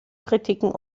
kritiken